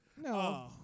No